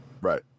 Right